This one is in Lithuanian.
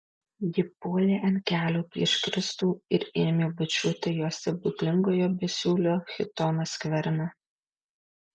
ji puolė ant kelių prieš kristų ir ėmė bučiuoti jo stebuklingojo besiūlio chitono skverną